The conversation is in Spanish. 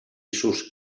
sus